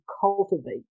cultivate